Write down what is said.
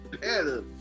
better